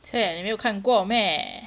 !chey! 你没有看过 meh